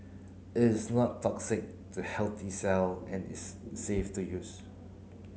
it is not toxic to healthy cell and is safe to use